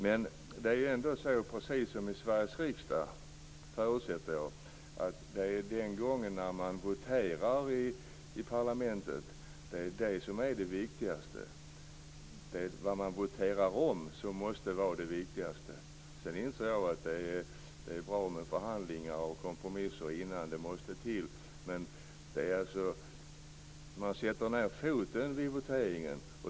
Men det är ändå så, precis som i Sveriges riksdag förutsätter jag, att de gånger då man voterar i parlamentet är det vad man voterar om som måste vara det viktigaste. Sedan inser jag att det är bra med förhandlingar och kompromisser innan. Det måste till. Man sätter ned foten vid voteringen.